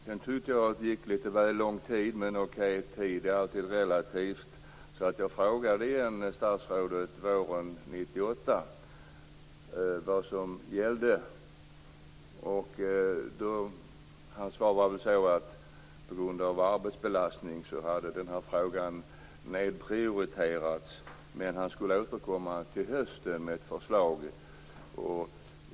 Sedan tyckte jag att det gick lite väl lång tid - men tid är alltid relativ - så jag frågade statsrådet igen våren 1998 vad som gällde. Han svarade att på grund av arbetsbelastning hade denna fråga nedprioriterats. Men han skulle återkomma till hösten med ett förslag.